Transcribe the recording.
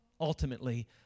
ultimately